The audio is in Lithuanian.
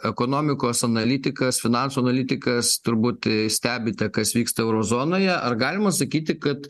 ekonomikos analitikas finansų analitikas turbūt stebite kas vyksta euro zonoje ar galima sakyti kad